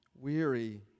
weary